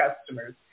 customers